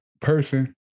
person